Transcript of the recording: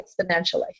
exponentially